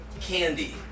Candy